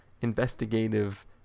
investigative